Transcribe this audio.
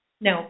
No